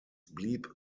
blieb